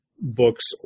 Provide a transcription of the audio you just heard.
books